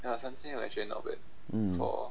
mm